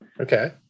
Okay